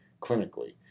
clinically